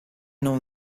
non